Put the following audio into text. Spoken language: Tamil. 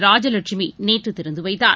ராஜலட்சுமிநேற்றுதிறந்துவைத்தார்